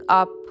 up